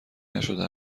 نشده